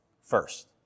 first